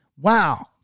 Wow